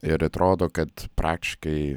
ir atrodo kad praktiškai